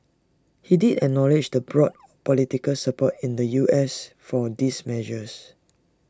he did acknowledge the broad political support in the U S for these measures